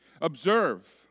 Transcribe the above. Observe